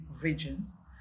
regions